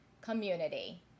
community